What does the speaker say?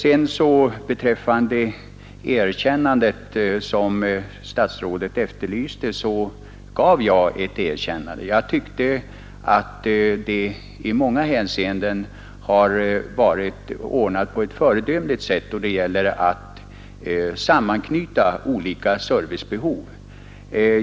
Vad beträffar det erkännande som statsrådet efterlyste kan jag säga att jag har givit ett sådant. Jag tycker att postverket i många hänseenden ordnat verksamheten på ett föredömligt sätt genom att sammanknyta olika servicebehov.